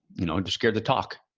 you know, just scared to talk.